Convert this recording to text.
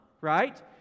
right